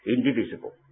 Indivisible